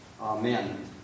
Amen